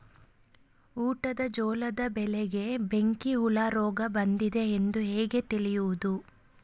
ಊಟದ ಜೋಳದ ಬೆಳೆಗೆ ಬೆಂಕಿ ಹುಳ ರೋಗ ಬಂದಿದೆ ಎಂದು ಹೇಗೆ ತಿಳಿಯುವುದು?